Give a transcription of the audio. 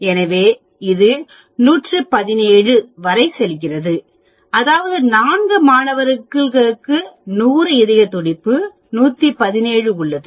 எனவே இது 117 வரை செல்கிறது அதாவது 4 மாணவர்களுக்கு 100 இதய துடிப்பு 117 உள்ளது